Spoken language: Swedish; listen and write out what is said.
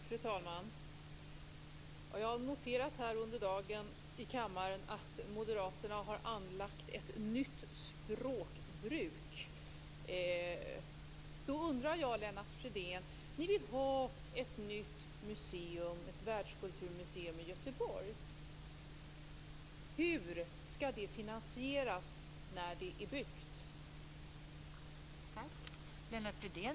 Fru talman! Jag har noterat under dagen i kammaren att Moderaterna har anlagt ett nytt språkbruk. Ni vill ha ett nytt Världskulturmuseum i Göteborg, Lennart Fridén. Hur skall det finansieras när det är byggt?